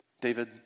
David